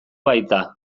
baita